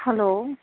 hello